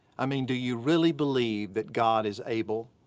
i mean do you really believe that god is able?